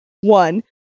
One